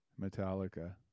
Metallica